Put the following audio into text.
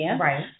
Right